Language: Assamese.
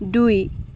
দুই